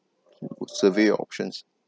survey your options